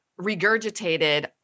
regurgitated